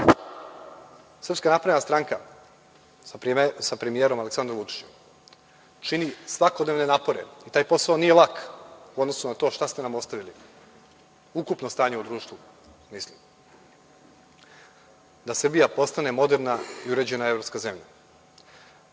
svetu. Srpska napredna stranka, sa premijerom Aleksandrom Vučićem, čini svakodnevne napore. Taj posao nije lak u odnosu na to šta ste nam ostavili, ukupno stanje u društvu, mislim, da Srbija postane moderna i uređena evropska zemlja.